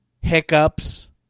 Hiccups